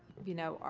you know,